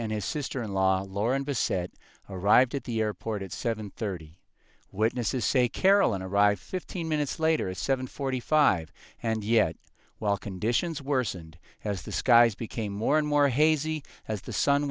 and his sister in law lauren bessette arrived at the airport at seven thirty witnesses say carolyn arrived fifteen minutes later at seven forty five and yet while conditions worsened as the skies became more and more hazy as the sun